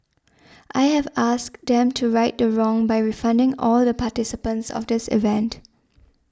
I have asked them to right the wrong by refunding all the participants of this event